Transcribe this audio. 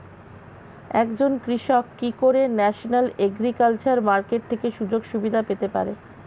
একজন কৃষক কি করে ন্যাশনাল এগ্রিকালচার মার্কেট থেকে সুযোগ সুবিধা পেতে পারে?